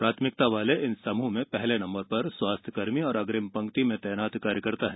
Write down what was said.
प्राथमिकता वाले इन समूहों में पहले नम्बर पर स्वास्थ्यकर्मी और अग्रिम पंक्ति में तैनात कायकर्ता हैं